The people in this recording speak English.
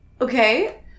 Okay